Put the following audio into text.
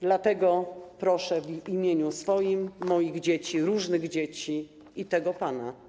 Dlatego proszę w imieniu swoim i moich dzieci, różnych dzieci, i w imieniu tego pana.